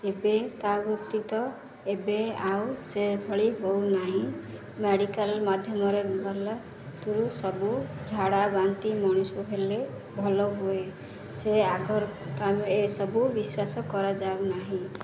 ଏବେ ତା ବ୍ୟତିତ ଏବେ ଆଉ ସେଭଳି ହଉନାହିଁ ମେଡ଼ିକାଲ୍ ମାଧ୍ୟମରେ ଗଲା ତରୁ ସବୁ ଝାଡ଼ା ବାନ୍ତି ମଣିଷ ହେଲେ ଭଲ ହୁଏ ସେ ଆଗର ଏସବୁ ବିଶ୍ୱାସ କରାଯାଉନାହିଁ